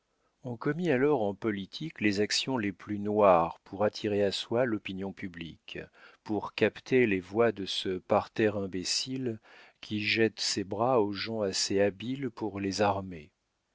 on commit alors en politique les actions les plus noires pour attirer à soi l'opinion publique pour capter les voix de ce parterre imbécile qui jette ses bras aux gens assez habiles pour les armer